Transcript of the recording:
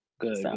Good